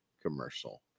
commercial